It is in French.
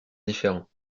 différents